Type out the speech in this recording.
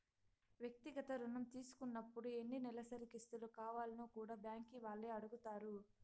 వ్యక్తిగత రుణం తీసుకున్నపుడు ఎన్ని నెలసరి కిస్తులు కావాల్నో కూడా బ్యాంకీ వాల్లే అడగతారు